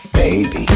baby